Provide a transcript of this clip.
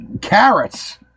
carrots